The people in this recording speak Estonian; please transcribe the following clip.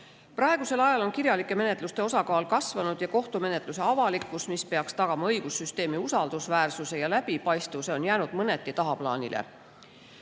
Praegusel ajal on kirjalike menetluste osakaal kasvanud ja kohtumenetluse avalikkus, mis peaks tagama õigussüsteemi usaldusväärsuse ja läbipaistvuse, on jäänud mõneti tagaplaanile. Komisjoni